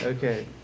Okay